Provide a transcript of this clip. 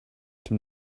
dem